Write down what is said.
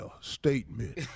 statement